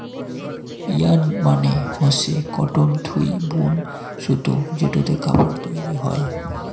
yarn মানে হসে cotton থুই বুন সুতো যেটোতে কাপড় তৈরী হই